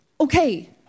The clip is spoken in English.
Okay